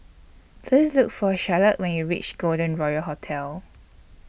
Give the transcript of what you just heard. Please Look For Charolette when YOU REACH Golden Royal Hotel